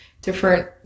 different